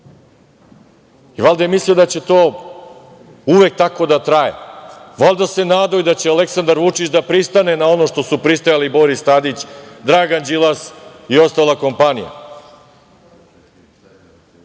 Valjda je mislio da će to uvek tako da traje. Verovatno se nadao da će Aleksandar Vučić da pristane na ono što su pristajali Boris Tadić, Dragan Đilas i ostala kompanija. Ovaj